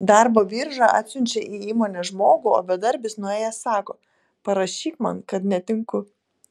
darbo birža atsiunčia į įmonę žmogų o bedarbis nuėjęs sako parašyk man kad netinku